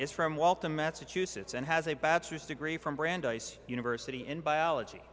have from waltham massachusetts and has a bachelor's degree from brandeis university in biology